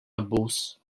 abbuż